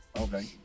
okay